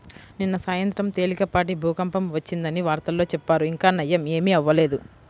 నిన్న సాయంత్రం తేలికపాటి భూకంపం వచ్చిందని వార్తల్లో చెప్పారు, ఇంకా నయ్యం ఏమీ అవ్వలేదు